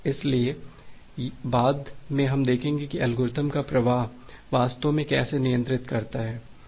इसलिए बाद में हम देखेंगे कि एल्गोरिदम का प्रवाह वास्तव में कैसे नियंत्रित करता है